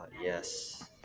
Yes